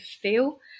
feel